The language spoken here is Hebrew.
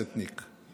צטניק.